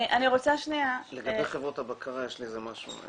אני רוצה שנייה --- לגבי חברות הבקרה יש לי משהו.